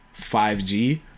5G